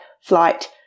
flight